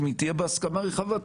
אם היא תהיה בהסכמה רחבה,